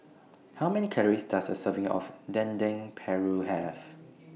How Many Calories Does A Serving of Dendeng Paru Have